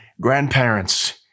grandparents